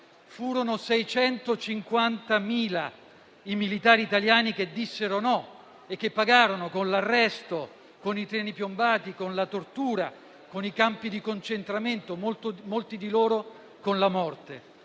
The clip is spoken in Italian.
Furono 650.000 i militari italiani che dissero no e che pagarono con l'arresto, con i treni piombati, con la tortura, con i campi di concentramento, molti di loro con la morte.